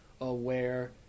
aware